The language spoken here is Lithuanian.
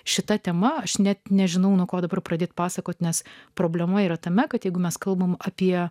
šita tema aš net nežinau nuo ko dabar pradėti pasakoti nes problema yra tame kad jeigu mes kalbame apie